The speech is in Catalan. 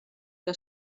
que